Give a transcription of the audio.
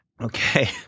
Okay